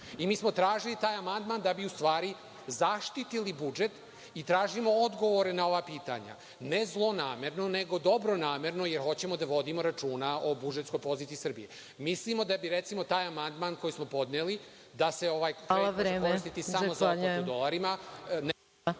smo tražili taj amandman, da bi zaštitili budžet i tražimo odgovore na ova pitanja, ne zlonamerno, nego dobronamerno, jer hoćemo da vodimo računa o budžetskoj poziciji Srbije. Mislimo da bi recimo taj amandman koji smo podneli, da se ovaj kredit koristi samo za otplatu u dolarima,